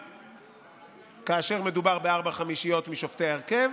גם כאשר מדובר בארבע חמישיות משופטי ההרכב